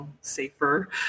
safer